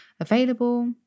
available